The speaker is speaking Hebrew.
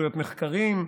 זכויות נחקרים,